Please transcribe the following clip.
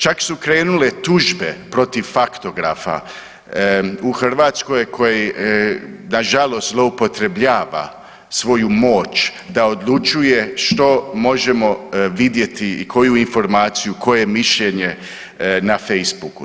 Čak su krenule tužbe protiv Faktografa u Hrvatskoj koji nažalost zloupotrebljava svoju moć da odlučuje što možda vidjeti i koju informaciju, koje mišljenje na Facebooku.